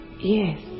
Yes